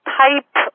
type